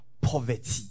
Poverty